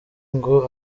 ngo